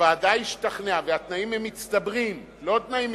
הוועדה "השתכנעה" והתנאים הם מצטברים ולא מתחלפים,